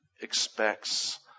expects